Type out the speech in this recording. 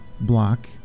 block